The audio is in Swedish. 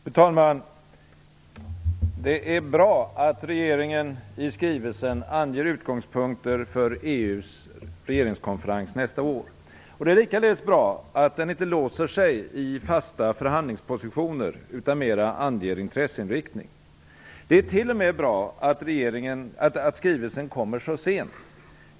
Fru talman! Det är bra att regeringen i skrivelsen anger utgångspunkter för EU:s regeringskonferens nästa år. Det är likaledes bra att den inte låser sig i fasta förhandlingspositioner utan mera anger intresseinriktning. Det är t.o.m. bra att skrivelsen kommer så sent.